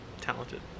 talented